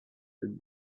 that